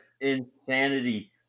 insanity